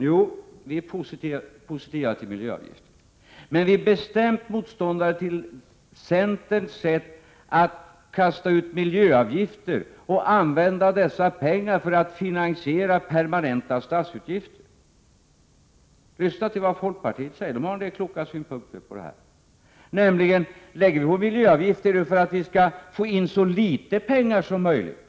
Ja, vi är positiva till miljöavgifter, men vi är mycket bestämt motståndare till centerns sätt att kasta ut miljöavgifter och använda de pengarna för att finansiera permanenta statsutgifter. Lyssna till vad folkpartiet säger! Där har man en del kloka synpunkter på detta. Om vi lägger på miljöavgifter, gör vi det för att få in så litet pengar som möjligt.